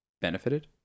benefited